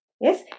Yes